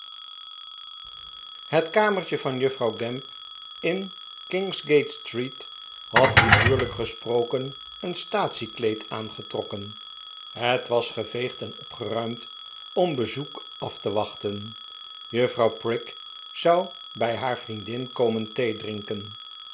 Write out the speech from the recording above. het kamertje van juffrouw gamp in kingsgate street had figuurlijk gesproken een staatsiekleed aangetrokken het was geveegd en opgeruimd om bezoek af te wachten juffrouw prig zou bij haar vriendin komen